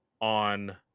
on